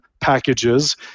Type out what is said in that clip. packages